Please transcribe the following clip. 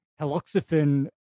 haloxifen